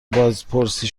بازپرسی